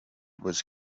was